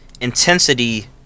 Intensity